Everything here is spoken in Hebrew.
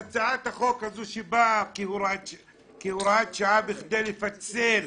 הצעת החוק הזאת באה כהוראת שעה כדי לפצל